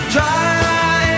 Try